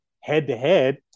head-to-head